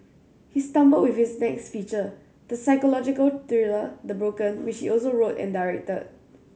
he stumbled with his next feature the psychological thriller The Broken which he also wrote and directed